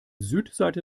südseite